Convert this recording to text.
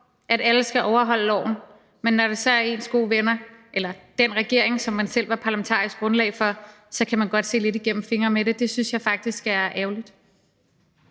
at alle skal overholde loven, men når det så er ens gode venner – eller den regering, som man selv var parlamentarisk grundlag for – så kan man godt se lidt igennem fingre med det. Det synes jeg faktisk er ærgerligt.